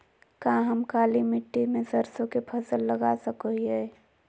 का हम काली मिट्टी में सरसों के फसल लगा सको हीयय?